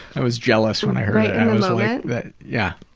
i was jealous when i heard it. but yeah